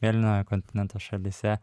mėlynojo kontinento šalyse